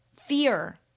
fear